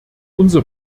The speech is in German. unser